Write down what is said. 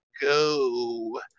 go